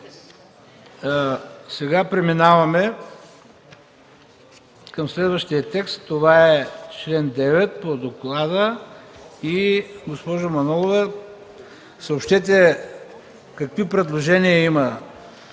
Сега преминаваме към следващия текст, а това е чл. 9 по доклада. Госпожо Манолова, съобщете какви предложения има,